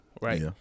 Right